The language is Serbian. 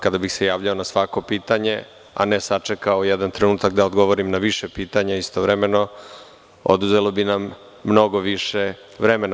Kada bih se javljao na svako pitanje, a ne sačekao jedan trenutak da odgovorim na više pitanja istovremeno, oduzelo bi nam mnogo više vremena.